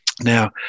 Now